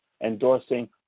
endorsing